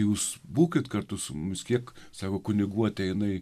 jūs būkit kartu su mumis kiek sako kunigų ateina į